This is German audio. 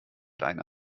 leine